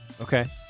Okay